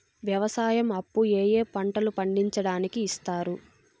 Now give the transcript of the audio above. వ్యవసాయం అప్పు ఏ ఏ పంటలు పండించడానికి ఇస్తారు?